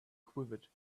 quivered